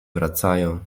wracają